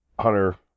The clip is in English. Hunter